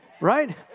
right